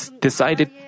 decided